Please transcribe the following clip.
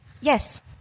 Yes